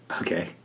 Okay